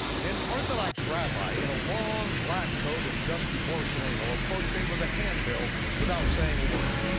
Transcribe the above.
an orthodox rabbi in a long black coat and dusty borsalino approached me with a handbill without saying a word.